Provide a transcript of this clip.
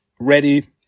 ready